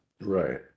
Right